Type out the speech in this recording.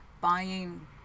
buying